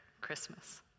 Christmas